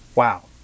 Wow